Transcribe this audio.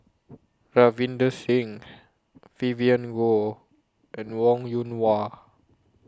Ravinder Singh Vivien Goh and Wong Yoon Wah